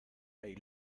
may